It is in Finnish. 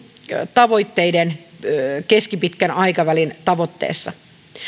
tavoitteiden keskipitkän aikavälin tavoitteessa